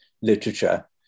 literature